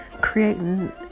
creating